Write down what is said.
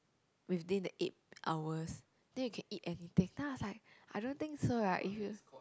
within the eight hours then you can eat anything then I was like I don't think so right if you